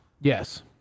Yes